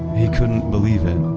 he couldn't believe it.